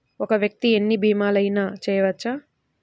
ఒక్క వ్యక్తి ఎన్ని భీమలయినా చేయవచ్చా?